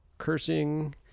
cursing